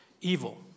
evil